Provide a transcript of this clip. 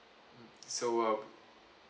so uh